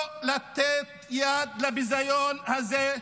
לא לתת יד לביזיון הזה,